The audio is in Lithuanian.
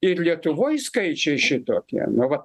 ir lietuvoj skaičiai šitokie nu va